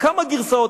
לא היה אפשר לצאת